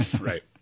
right